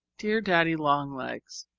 dear daddy-long-legs,